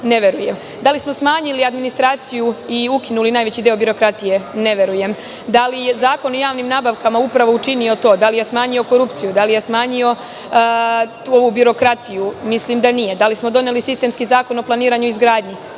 Ne verujem. Da li smo smanjili adminsitraciju i ukinuli najveći deo birokratije? Ne verujem. Da li je Zakon o javnim nabavkama upravo učinio to? Da li je smanjio korupciju? Da li je smanjio birokratiju? Mislim da nije. Da li smo doneli sistemski zakon o planiranju i izgradnji?